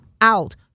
out